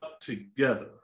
together